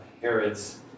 Herod's